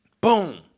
Boom